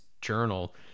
Journal